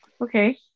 Okay